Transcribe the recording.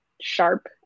sharp